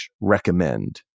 recommend